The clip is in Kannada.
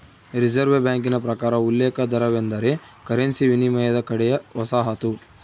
ರಿಸೆರ್ವೆ ಬ್ಯಾಂಕಿನ ಪ್ರಕಾರ ಉಲ್ಲೇಖ ದರವೆಂದರೆ ಕರೆನ್ಸಿ ವಿನಿಮಯದ ಕಡೆಯ ವಸಾಹತು